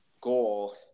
goal